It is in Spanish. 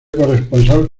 corresponsal